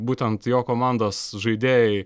būtent jo komandos žaidėjai